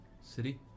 City